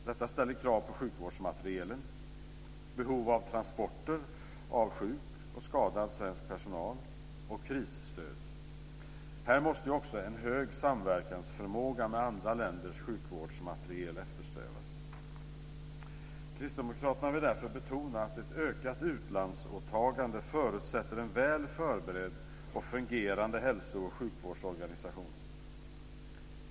Detta ställer krav på sjukvårdsmaterielen, behov av transporter av sjuk och skadad svensk personal samt krisstöd. Här måste också en hög samverkansförmåga med andra länders sjukvårdsmateriel eftersträvas. Kristdemokraterna vill därför betona att ett ökat utlandsåtagande förutsätter en väl förberedd och fungerande hälso och sjukvårdsorganisation.